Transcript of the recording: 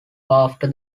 after